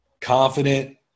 confident